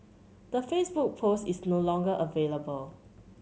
the Facebook post is no longer available